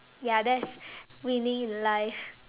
ya that's winning in life